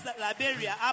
Liberia